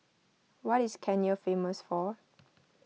what is Kenya famous for